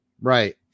right